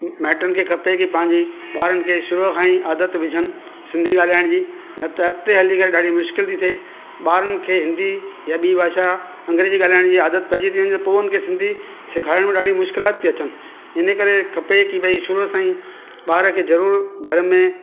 माइटनि खे खपे कि पांजी ॿारनि खो शुरू खां ई आदत विझण सिंधी ॻाल्हाइण जी न त अॻिते हली करे ॾाढी मुश्किलु थी ते ॿारनि खे हिंदी या बि भाषा अंग्रेजी ॻाल्हाइण जी आदत पइजी थी वञे पोइ उन खे सिंधी सिखाइण में ॾाढी मुश्किलात ती अचनि हिन करे खपे की भाई शुरू सां ई ॿार खे ज़रूरु घर में